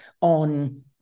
on